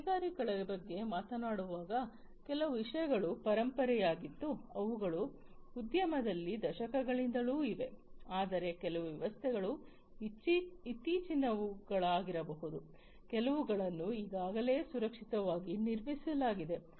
ನಾವು ಕೈಗಾರಿಕೆಗಳ ಬಗ್ಗೆ ಮಾತನಾಡುವಾಗ ಕೆಲವು ವಿಷಯಗಳು ಪರಂಪರೆಯಾಗಿದ್ದು ಅವುಗಳು ಉದ್ಯಮದಲ್ಲಿ ದಶಕಗಳಿಂದಲೂ ಇವೆ ಆದರೆ ಕೆಲವು ವ್ಯವಸ್ಥೆಗಳು ಇತ್ತೀಚಿನವುಗಳಾಗಿರಬಹುದು ಇವುಗಳನ್ನು ಈಗಾಗಲೇ ಸುರಕ್ಷಿತವಾಗಿ ನಿರ್ಮಿಸಲಾಗಿದೆ